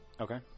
Okay